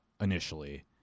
initially